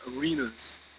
arenas